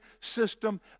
system